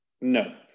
no